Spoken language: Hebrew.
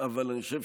אבל אני חושב